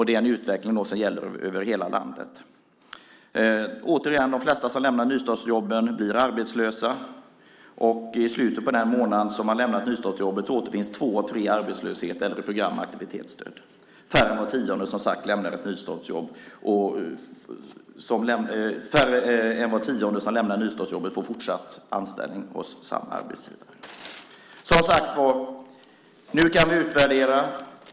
Det är en utveckling som gäller över hela landet. Återigen, de flesta som lämnar nystartsjobben blir arbetslösa. I slutet av den månad som man lämnat nystartsjobbet återfinns två av tre i arbetslöshet eller i program och aktivitetsstöd. Färre än var tionde som lämnar nystartsjobben får fortsatt anställning hos samma arbetsgivare. Som sagt var, nu kan vi utvärdera.